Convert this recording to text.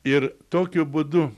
ir tokiu būdu